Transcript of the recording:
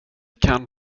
kan